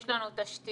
יש לנו תשתיות,